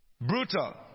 brutal